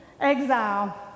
exile